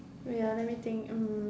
ya let me think um